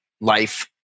life